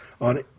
on